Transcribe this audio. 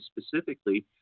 specifically